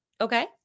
Okay